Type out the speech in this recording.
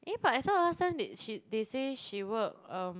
eh but I thought last time they she they say she work um